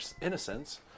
innocence